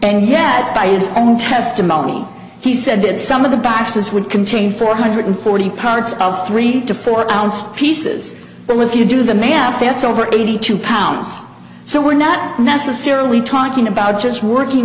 and yet by his own testimony he said that some of the boxes would contain four hundred forty parts of three to four ounce pieces but with you do the math that's over eighty two pounds so we're not necessarily talking about just working